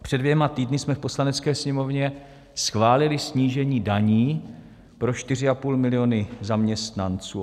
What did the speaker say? Před dvěma týdny jsme v Poslanecké sněmovně schválili snížení daní pro čtyři a půl milionu zaměstnanců.